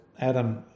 Adam